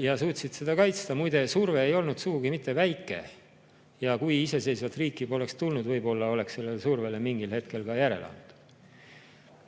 ja suutsid seda kaitsta. Muide, surve ei olnud sugugi väike. Ja kui iseseisvat riiki poleks tulnud, võib-olla oleks sellele survele mingil hetkel ka järele antud.